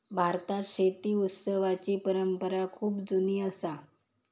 भारतात शेती उत्सवाची परंपरा खूप जुनी असा